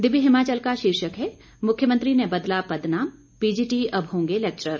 दिव्य हिमाचल का शीर्षक है मुख्यमंत्री ने बदला पदनाम पीजीटी अब होंगे लैक्चरर